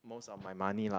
most of my money lah